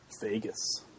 Vegas